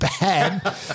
bad